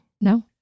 No